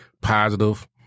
positive